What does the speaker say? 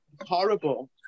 Horrible